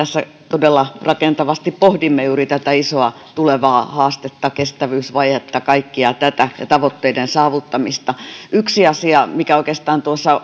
todella rakentavasti pohdimme juuri tätä isoa tulevaa haastetta kestävyysvajetta kaikkea tätä ja tavoitteiden saavuttamista yksi asia mikä oikeastaan tuossa